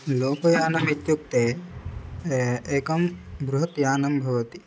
लोकयानमित्युक्ते एकं बृहत् यानं भवति